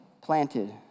planted